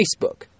Facebook